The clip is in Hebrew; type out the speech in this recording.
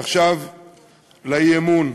ועכשיו לאי-אמון.